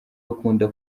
bakunda